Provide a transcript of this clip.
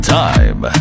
time